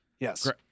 Yes